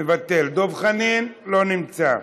מוותר, דב חנין, לא נמצא,